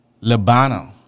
Lebanon